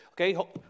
Okay